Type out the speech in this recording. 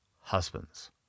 husbands